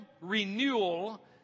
renewal